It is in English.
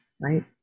right